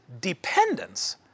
dependence